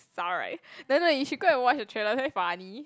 sorry no no you should go and watch the trailer very funny